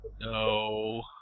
no